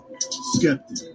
Skeptic